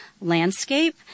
landscape